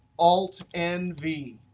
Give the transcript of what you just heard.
alt nv.